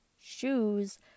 shoes